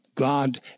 God